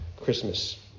Christmas